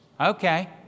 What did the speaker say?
Okay